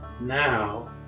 now